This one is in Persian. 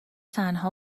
تنها